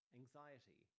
anxiety